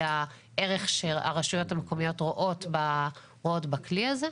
הערך שהרשויות המקומיות רואות בכלי הזה.